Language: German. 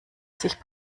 sich